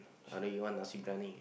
other you want nasi briyani